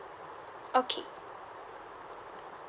okay